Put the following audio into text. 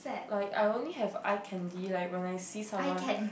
like I only have eye candy like when I see someone